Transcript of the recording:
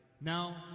Now